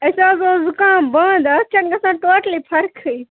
اَسہِ حظ اوس زُکام بنٛد اَتھ چھَنہٕ گژھان ٹوٹلی فَرقٕے